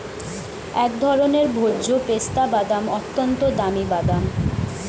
এক ধরনের ভোজ্য পেস্তা বাদাম, অত্যন্ত দামি বাদাম